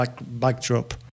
backdrop